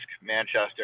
Manchester